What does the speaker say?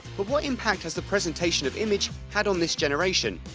but what impact has the presentation of image had on this generation?